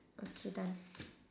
okay done